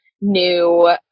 new